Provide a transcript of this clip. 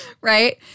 right